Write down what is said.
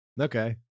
Okay